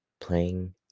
playing